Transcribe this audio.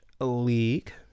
league